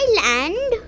land